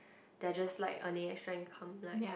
they're just like earning extra income like